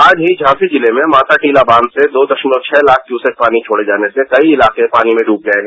आज ही झांसी जिले में माता टीला बांध से दो दशमलव छह लाख क्यूसेक पानी छोड़े जाने से कई इलाके पानी में डूब गए हैं